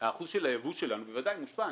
האחוז של היבוא שלנו בוודאי מושפע.